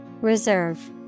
Reserve